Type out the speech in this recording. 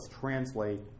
translate